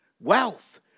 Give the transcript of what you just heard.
wealth